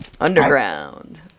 Underground